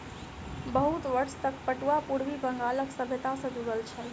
बहुत वर्ष तक पटुआ पूर्वी बंगालक सभ्यता सॅ जुड़ल छल